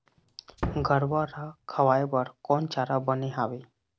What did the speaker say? गरवा रा खवाए बर कोन चारा बने हावे?